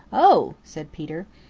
oh, said peter.